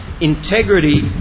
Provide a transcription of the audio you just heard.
Integrity